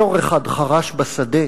שור אחד חרש בשדה